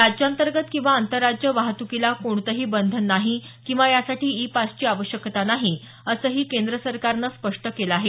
राज्यांतर्गत किंवा आंतरराज्य वाहतुकीला कोणतंही बंधन नाही किंवा यासाठी ई पासची आवश्यकता नाही असंही केंद्र सरकारनं स्पष्ट केलं आहे